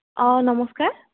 অঁ নমস্কাৰ